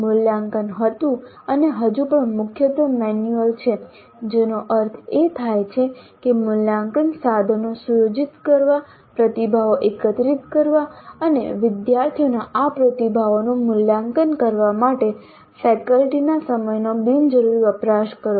મૂલ્યાંકન હતું અને હજુ પણ મુખ્યત્વે મેન્યુઅલ છે જેનો અર્થ એ થાય છે કે મૂલ્યાંકન સાધનો સુયોજિત કરવા પ્રતિભાવો એકત્રિત કરવા અને વિદ્યાર્થીઓના આ પ્રતિભાવોનું મૂલ્યાંકન કરવા માટે ફેકલ્ટીના સમયનો બિનજરૂરી વપરાશ કર્યો